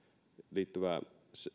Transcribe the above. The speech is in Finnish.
liittyvää